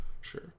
sure